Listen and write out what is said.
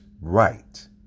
right